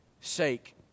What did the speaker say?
sake